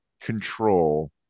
control